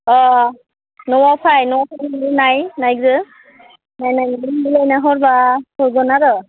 न'आव फाय न'आव फायनानै नाय नायग्रो नायनानै मिलायना हरब्ला हरगोन आरो